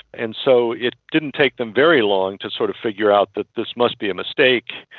and so it didn't take them very long to sort of figure out that this must be a mistake,